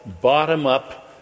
bottom-up